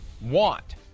want